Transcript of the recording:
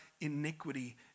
iniquity